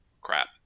Crap